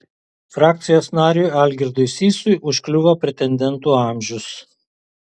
frakcijos nariui algirdui sysui užkliuvo pretendentų amžius